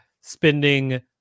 spending